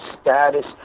status